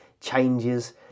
changes